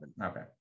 Okay